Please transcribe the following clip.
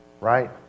right